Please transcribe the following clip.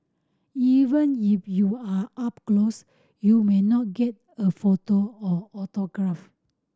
even if you are up close you may not get a photo or autograph